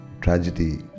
tragedy